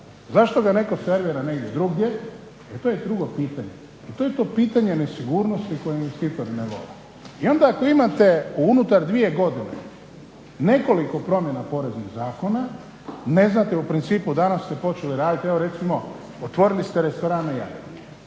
zašto ga netko servira negdje drugdje jer to je drugo čitanje. I to je to pitanje nesigurnosti koje investitori ne vole. I onda ako imate unutar dvije godine nekoliko promjena poreznih zakona, ne znate u principu danas ste počeli raditi. Evo recimo otvorili ste restoran na